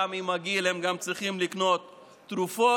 עם הגיל הם גם צריכים לקנות תרופות,